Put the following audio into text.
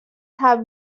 have